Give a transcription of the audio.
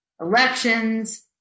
elections